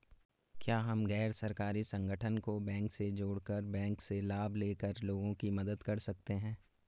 क्या हम गैर सरकारी संगठन को बैंक से जोड़ कर बैंक से लाभ ले कर लोगों की मदद कर सकते हैं?